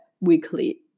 weekly